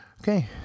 Okay